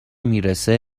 میرسه